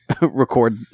record